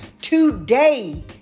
today